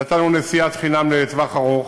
נתנו נסיעת חינם לטווח ארוך.